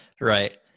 right